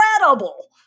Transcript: incredible